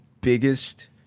biggest